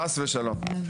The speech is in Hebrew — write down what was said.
חס ושלום.